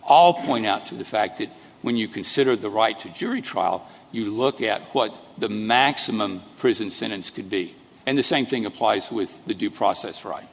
all point out to the fact that when you consider the right to a jury trial you look at what the maximum prison sentence could be and the same thing applies with the due process right